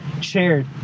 shared